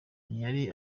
ntiyari